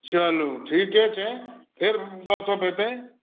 चलू ठीके छै फेर गपसप होयतै